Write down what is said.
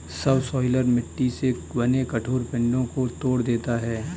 subsoiler मिट्टी से बने कठोर पिंडो को तोड़ देता है